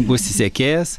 būsi sekėjas